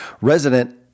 resident